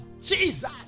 Jesus